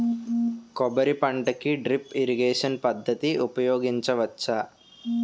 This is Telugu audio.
కొబ్బరి పంట కి డ్రిప్ ఇరిగేషన్ పద్ధతి ఉపయగించవచ్చా?